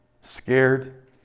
scared